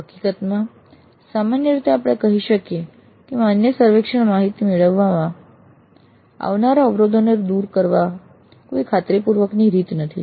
હકીકતમાં સામાન્ય રીતે આપણે કહી શકીએ કે માન્ય સર્વેક્ષણ માહિતી મેળવવામાં આવનારા અવરોધોને દૂર કરવાની કોઈ ખાતરીપૂર્વકની રીત નથી